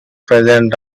present